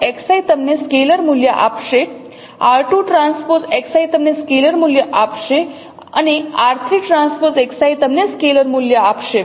તેથી r1TXi તમને scalar મૂલ્ય આપશે r2TXi તમને સ્કેલર મૂલ્ય આપશે અને r3TXi તમને સ્કેલર મૂલ્ય આપશે